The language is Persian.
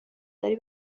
داری